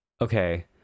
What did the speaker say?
Okay